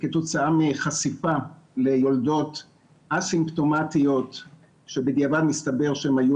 כתוצאה מחשיפה ליולדות א-סימפטומטיות שבדיעבד מסתבר שהן היו